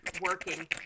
working